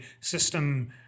system